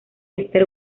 ester